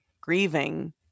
grieving